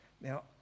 Now